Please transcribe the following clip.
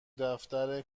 دفتر